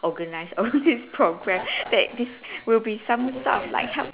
organise all these program that this will be some sort like helpful